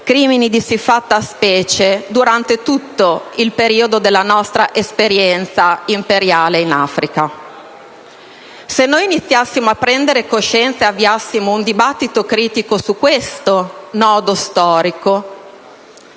crimini di siffatta specie durante tutto il periodo della nostra esperienza imperiale in Africa. Se iniziassimo a prendere coscienza e avviassimo un dibattito critico su questo nodo storico,